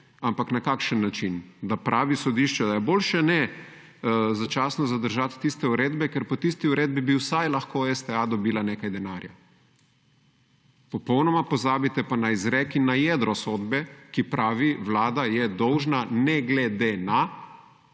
ampak na kakšen način. Da pravi sodišče, da boljše ne začasno zadržati tiste uredbe, ker po tisti uredbi bi vsaj lahko STA dobila nekaj denarja. Popolnoma pozabite pa na izrek in na jedro sodbe, ki pravi Vlada je dolžna ne glede na